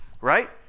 right